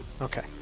Okay